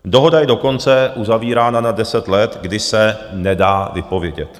Dohoda je dokonce uzavírána na 10 let, kdy se nedá vypovědět.